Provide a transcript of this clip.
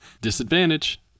Disadvantage